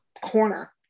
corner